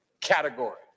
category